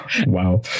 Wow